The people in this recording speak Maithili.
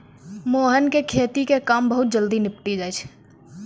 मोहन के खेती के काम बहुत जल्दी निपटी जाय छै